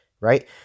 right